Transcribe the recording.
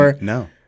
No